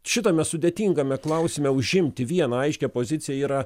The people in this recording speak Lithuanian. šitame sudėtingame klausime užimti vieną aiškią poziciją yra